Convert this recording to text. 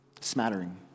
smattering